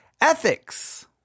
ethics